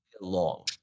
long